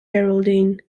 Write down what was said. geraldine